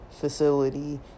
facility